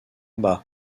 bah